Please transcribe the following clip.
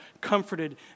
comforted